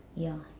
ya